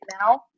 now